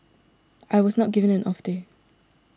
I was not given an off day